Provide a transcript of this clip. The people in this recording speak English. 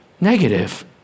negative